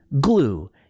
glue